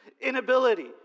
inability